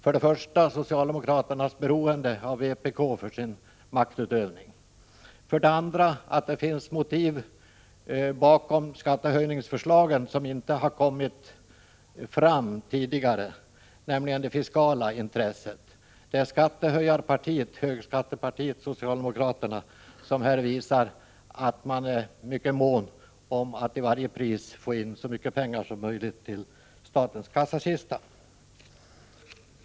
För det första visar det socialdemokraternas beroende av vpk för sin maktutövning. För det andra visar det att det finns motiv bakom skattehöjningsförslaget, som inte har kommit fram tidigare, nämligen det fiskala intresset. Det är högskattepartiet socialdemokraterna som här visar att man är mycket mån om att till varje pris få in så mycket som möjligt till statens kassakista.